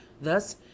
Thus